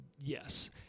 Yes